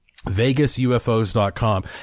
VegasUFOs.com